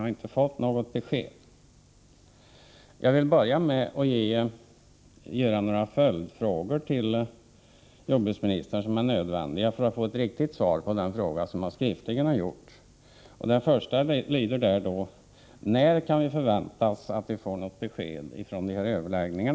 Jag vill börja med att till jordbruksministern ställa några följdfrågor som är nödvändiga för att få ett riktigt svar på den fråga som jag har ställt skriftligt. Den första frågan lyder: När kan det förväntas att vi får något besked från dessa överläggningar?